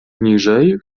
niżej